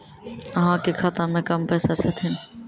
अहाँ के खाता मे कम पैसा छथिन?